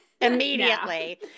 immediately